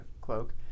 cloak